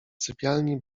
sypialni